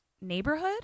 neighborhood